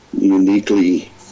uniquely